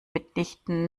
mitnichten